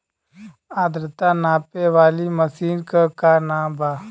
आद्रता नापे वाली मशीन क का नाव बा?